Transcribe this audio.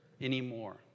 anymore